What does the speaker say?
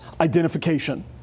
identification